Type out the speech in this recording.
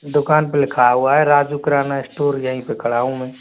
दुकान पर लिखा हुआ है राजू किराना स्टोर यहीं पर खड़ा हूँ मैं